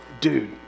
dude